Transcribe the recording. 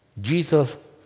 Jesus